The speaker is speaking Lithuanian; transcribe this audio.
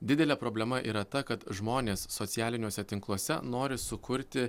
didelė problema yra ta kad žmonės socialiniuose tinkluose nori sukurti